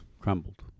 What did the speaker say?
Crumbled